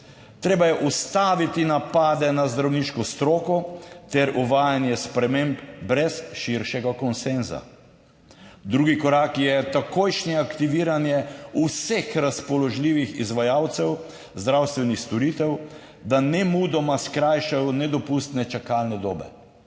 Treba je ustaviti napade na zdravniško stroko ter uvajanje sprememb brez širšega konsenza. Drugi korak je takojšnje aktiviranje vseh razpoložljivih izvajalcev zdravstvenih storitev, da nemudoma skrajšajo nedopustne čakalne dobe.